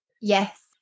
yes